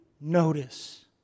notice